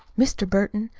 mr. burton,